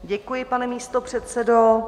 Děkuji, pane místopředsedo.